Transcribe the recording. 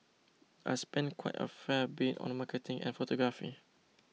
I spend quite a fair bit on marketing and photography